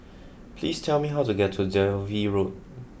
please tell me how to get to Dalvey Road